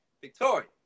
Victoria